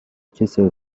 کسل